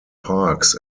parks